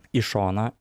į šoną